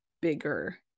bigger